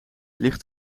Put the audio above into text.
ligt